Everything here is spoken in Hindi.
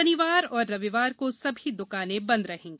शनिवार और रविवार को सभी दुकानें बंद रहेंगी